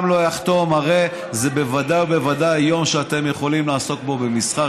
הרי זה בוודאי ובוודאי יום שאתם יכולים לעסוק בו במסחר.